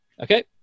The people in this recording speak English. Okay